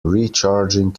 recharging